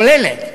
כוללת,